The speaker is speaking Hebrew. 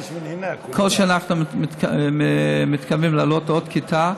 כל שנה אנחנו מתכוונים לעלות עוד כיתה.